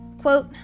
Quote